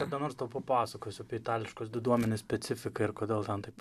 kada nors tau papasakosiu apie itališkos diduomenės specifiką ir kodėl ten taip